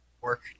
work